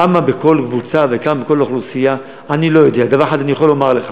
תקשיב טוב, תקשיב טוב עד הסוף.